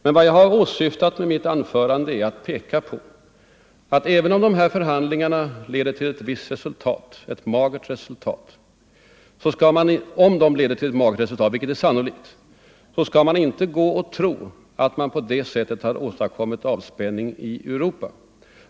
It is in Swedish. Vad jag bl.a. åsyftat i mitt anförande är att peka på att även om förhandlingarna leder till resultat, sannolikt ett magert sådant, skall man inte gå och tro att man därmed åstadkommit verklig avspänning i Europa.